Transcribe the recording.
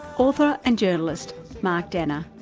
author and journalist, mark danner.